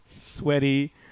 sweaty